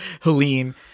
Helene